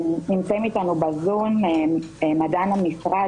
נמצאים אתנו בזום מדען המשרד,